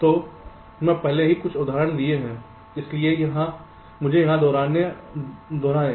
तो मैं पहले भी कुछ उदाहरण दिए हैं इसलिए मुझे यहां दोहराएं